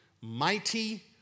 mighty